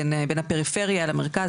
בין הפריפריה למרכז,